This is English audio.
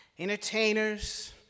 entertainers